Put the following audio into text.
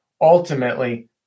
ultimately